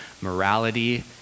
morality